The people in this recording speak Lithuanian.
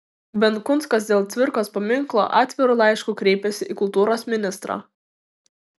benkunskas dėl cvirkos paminklo atviru laišku kreipėsi į kultūros ministrą